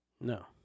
No